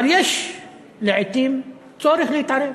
אבל לעתים יש צורך להתערב.